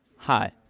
Hi